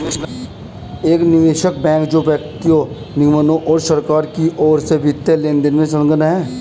एक निवेश बैंक जो व्यक्तियों निगमों और सरकारों की ओर से वित्तीय लेनदेन में संलग्न है